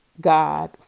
God